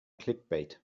clickbait